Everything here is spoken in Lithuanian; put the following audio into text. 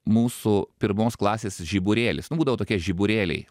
mūsų pirmos klasės žiburėlis nu būdavo tokie žiburėliai